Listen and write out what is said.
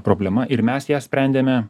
problema ir mes ją sprendėme